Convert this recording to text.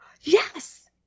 Yes